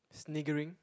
sniggering